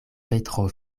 petro